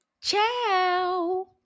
ciao